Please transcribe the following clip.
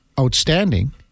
outstanding